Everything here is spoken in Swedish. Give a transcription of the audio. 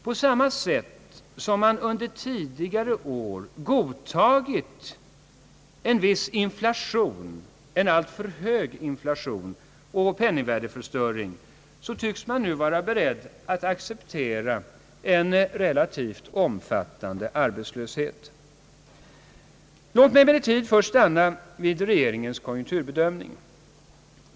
På samma sätt som man under tidigare år godtagit en viss inflation — en alltför hög inflation — tycks man nu vara beredd att acceptera en relativt omfattande arbetslöshet. Låt mig emellertid först stanna vid regeringens konjunkturbedömning.